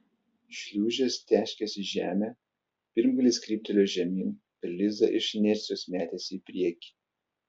šliūžės teškės į žemę pirmgalis kryptelėjo žemyn ir liza iš inercijos metėsi į priekį